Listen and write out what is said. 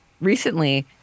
recently